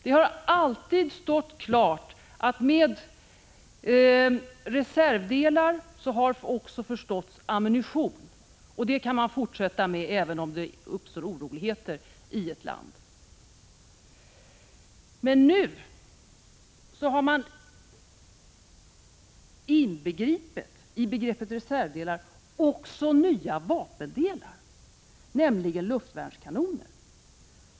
Det har alltid stått klart att med reservdelar har också förståtts ammunition, och — Krigsmaterielexportsådana leveranser kan vi tillåta även om det skulle uppstå oroligheter i frågor exportlandet. Nu har regeringen emellertid under denna benämning även inbegripit nya vapen, nämligen luftvärnskanoner.